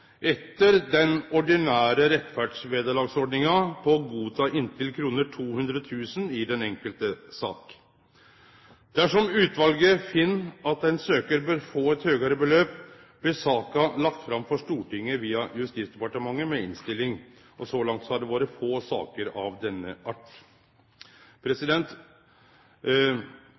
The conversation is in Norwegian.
etter den ordinære rettferdsvederlagsordninga, til å godta inntil 200 000 kr i den enkelte saka. Dersom utvalet finn at ein søkjar bør få eit høgare beløp, blir saka lagd fram for Stortinget via Justisdepartementet med innstilling. Så langt har det vore få saker av denne